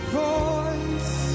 voice